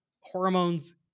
hormones